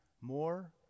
more